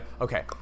Okay